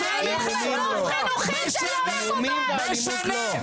איומים ואלימות לא,